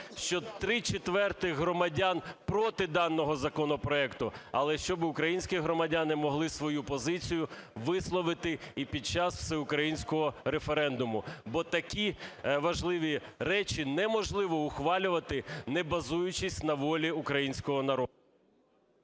що 3/4 громадян проти даного законопроекту, але щоби українські громадяни могли свою позицію висловити і під час всеукраїнського референдуму, бо такі важливі речі неможливо ухвалювати, не базуючись на волі українського народу…